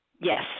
Yes